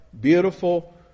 beautiful